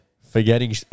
Forgetting